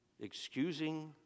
excusing